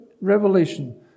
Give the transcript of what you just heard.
Revelation